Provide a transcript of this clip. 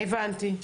הבנתי.